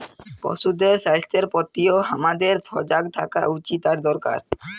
পশুদের স্বাস্থ্যের প্রতিও হামাদের সজাগ থাকা উচিত আর দরকার